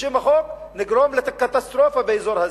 בשם החוק נגרום לקטסטרופה באזור הזה.